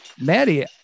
maddie